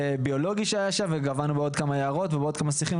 ביולוגי שהיה שם ופגענו בעוד כמה יערות ובעוד כמה שיחים.